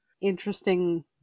interesting